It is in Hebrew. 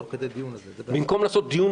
תביאו לי חוות דעת מקצועית אחת.